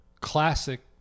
classic